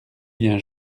bien